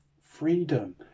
Freedom